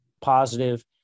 positive